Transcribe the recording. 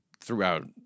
throughout